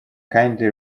kindly